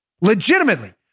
legitimately